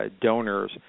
donors